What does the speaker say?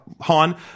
Han